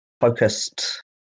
focused